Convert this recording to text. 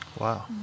Wow